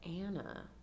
anna